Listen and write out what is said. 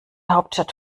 hauptstadt